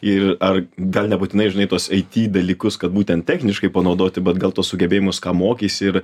ir ar gal nebūtinai žinai tuos it dalykus kad būtent techniškai panaudoti bet gal tuos sugebėjimus ką mokeisi ir